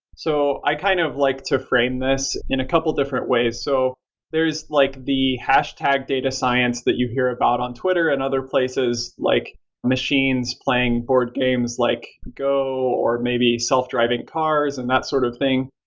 so i kind of like to frame this in a couple of different ways. so there's like the hashtag data science that you hear about on twitter and other places like machines, playing board games, like go or maybe self-driving cars and that sort of thing.